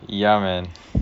ya man